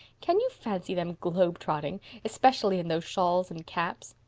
can you fancy them globe-trotting' especially in those shawls and caps?